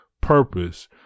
purpose